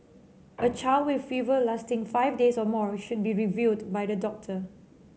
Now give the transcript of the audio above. a child with fever lasting five days or more should be reviewed by the doctor